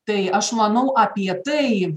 tai aš manau apie tai